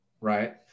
right